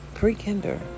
Pre-kinder